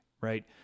right